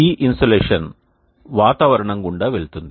ఈ ఇన్సోలేషన్ వాతావరణం గుండా వెళుతుంది